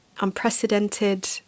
unprecedented